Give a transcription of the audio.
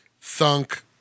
Thunk